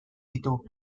ditu